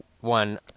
one